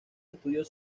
estudios